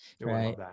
right